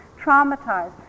traumatized